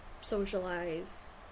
socialize